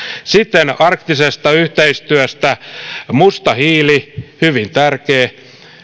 sitten arktisesta yhteistyöstä musta hiili hyvin tärkeä